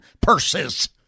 purses